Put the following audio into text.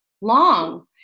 long